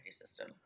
system